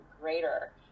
greater